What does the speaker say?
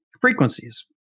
frequencies